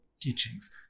teachings